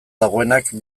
dagoenak